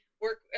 work